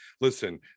Listen